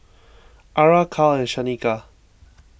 Ara Cal and Shanika